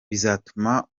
bizatuma